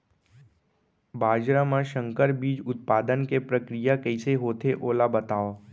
बाजरा मा संकर बीज उत्पादन के प्रक्रिया कइसे होथे ओला बताव?